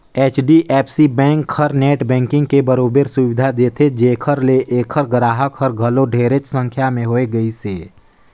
HDFC bank हर net banking के बरोबर सुबिधा देथे जेखर ले ऐखर गराहक हर घलो ढेरेच संख्या में होए गइसे